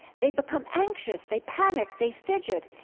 they become anxious, they panic, they fidget,